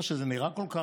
לא שזה נראה כך,